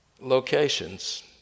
locations